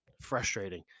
frustrating